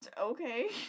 okay